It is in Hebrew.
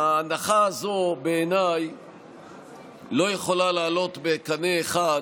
ההנחה הזו לא יכולה לעלות בקנה אחד,